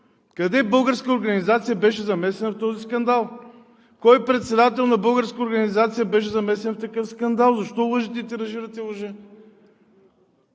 Къде българска организация беше замесена в този скандал? Кой председател на българска организация беше замесен в такъв скандал? Защо лъжете и тиражирате лъжи?